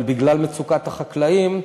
אבל בגלל מצוקת החקלאים,